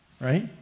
right